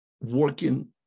working